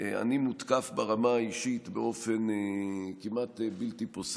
אני מותקף ברמה האישית באופן כמעט בלתי פוסק,